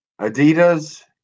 Adidas